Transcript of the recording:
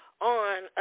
on